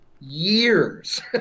Years